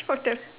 for them